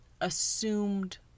assumed